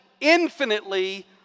infinitely